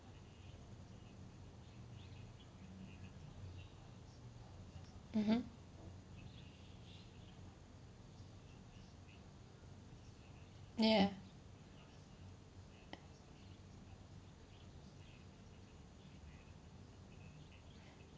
mmhmm ya